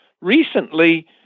recently